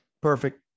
Perfect